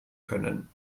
können